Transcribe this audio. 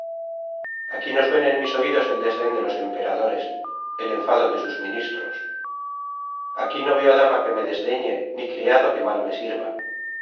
aquí no suena en mis oidos el desden de los emperadores el enfado de sus ministros aquí no veo dama que me desdeñe ni criado que mal me sirva